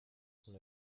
sont